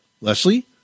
Leslie